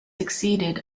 succeeded